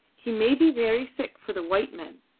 he may be very sick for the white men,